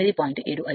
75